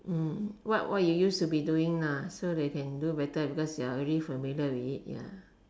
what what you used to be doing so that can do better because you are already familiar with it ya